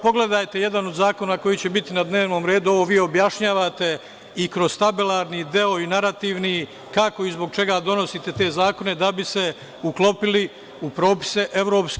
Pogledajte jedan od zakona koji će biti na dnevnog redu, ovo vi objašnjavate i kroz tabelarni deo i narativni, kako i zbog čega donosite te zakone da bi se uklopili u propise EU.